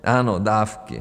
Ano, dávky.